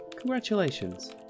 Congratulations